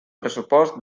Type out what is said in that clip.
pressupost